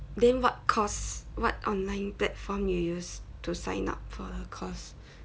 then what course what online platform you use to sign up for the course